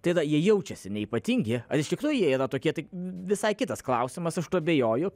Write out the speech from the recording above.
tada jie jaučiasi neypatingi ar iš tikrųjų jie yra tokie tai visai kitas klausimas aš tuo abejoju